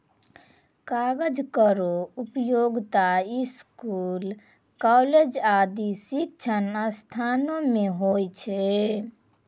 कागज केरो उपयोगिता स्कूल, कॉलेज आदि शिक्षण संस्थानों म होय छै